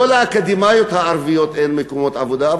לאקדמאיות הערביות אין מקומות עבודה.